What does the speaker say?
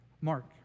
Mark